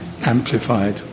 amplified